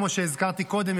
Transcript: כמו שהזכרתי קודם,